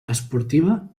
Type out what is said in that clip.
esportiva